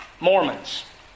Mormons